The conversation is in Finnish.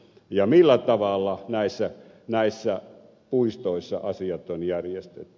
ja millä tavalla näissä puistoissa asiat on järjestetty